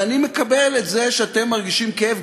ואני מקבל את זה שאתם מרגישים כאב,